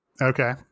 Okay